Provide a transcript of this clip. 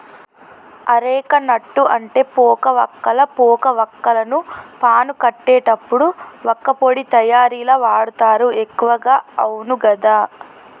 areca nut అంటే పోక వక్కలు, పోక వాక్కులను పాను కట్టేటప్పుడు వక్కపొడి తయారీల వాడుతారు ఎక్కువగా అవును కదా